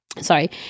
Sorry